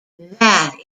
that